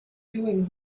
doing